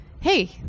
hey